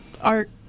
art